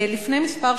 לפני כמה